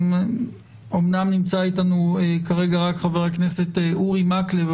אומנם נמצא איתנו כרגע רק חבר הכנסת אורי מקלב,